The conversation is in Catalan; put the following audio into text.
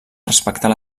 respectar